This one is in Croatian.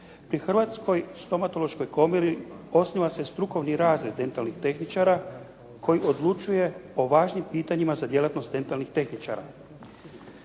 Pri Hrvatskoj stomatološkoj komori osniva se strukovni razred dentalnih tehničara koji odlučuje o važnim pitanjima za djelatnost dentalnih tehničara.